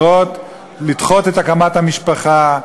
וצעירות לדחות את הקמת המשפחה,